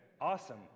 Awesome